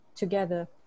Together